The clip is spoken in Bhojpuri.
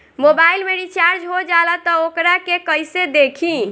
मोबाइल में रिचार्ज हो जाला त वोकरा के कइसे देखी?